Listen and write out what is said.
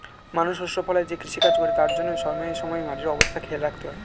মানুষ শস্য ফলায় যে কৃষিকাজ করে তার জন্যে সময়ে সময়ে মাটির অবস্থা খেয়াল রাখতে হয়